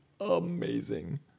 amazing